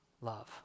love